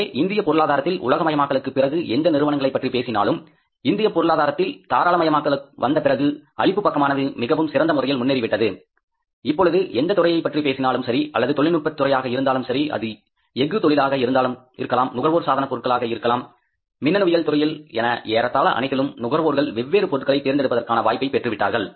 எனவே இந்திய பொருளாதாரத்தில் உலகமயமாக்கலுக்கு பிறகு எந்த நிறுவனங்களைப் பற்றி பேசினாலும் இந்திய பொருளாதாரத்தில் தாராளமயமாக்கல் வந்தபிறகு அளிப்பு பக்கமானது மிகவும் சிறந்த முறையில் முன்னேறிவிட்டது இப்பொழுது எந்த துறையை பற்றி பேசினாலும் சரி அல்லது தொழில்நுட்ப துறையாக இருந்தாலும் சரி அது எக்கு தொழிலாக இருக்கலாம் நுகர்வோர் சாதனப் பொருட்களாக இருக்கலாம் மின்னணுவியல் துறையில் என ஏறத்தாழ அனைத்திலும் நுகர்வோர்கள் வெவ்வேறு பொருட்களை தேர்ந்து எடுப்பதற்கான வாய்ப்பை பெற்று விட்டார்கள்